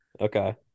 Okay